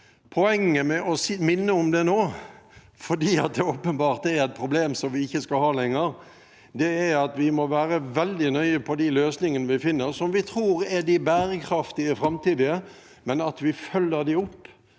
Poenget med å minne om det nå – fordi det åpenbart er et problem som vi ikke skal ha lenger – er at vi må være veldig nøye med de løsningene vi finner som vi tror er de bærekraftige og framtidige. Det gjelder at vi følger dem opp,